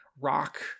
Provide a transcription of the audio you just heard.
rock